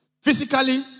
physically